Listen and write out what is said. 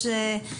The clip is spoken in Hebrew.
בעזרת השם,